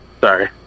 sorry